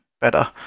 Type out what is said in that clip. better